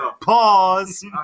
Pause